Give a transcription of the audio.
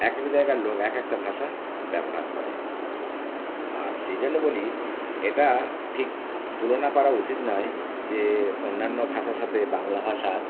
একেক জায়গার লোক এক একটা ভাষা ব্যবহার করে আর সেই জন্য বলি এটা ঠিক তুলনা করা উচিত নয় যে অন্যান্য ভাষার সাথে বাংলা ভাষার